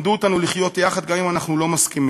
למדו אותנו לחיות יחד גם אם אנחנו לא מסכימים,